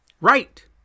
Right